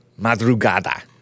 madrugada